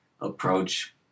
approach